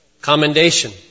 commendation